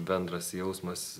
bendras jausmas